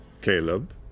Caleb